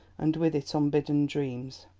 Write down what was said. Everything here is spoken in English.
and with it unbidden dreams.